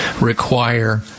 require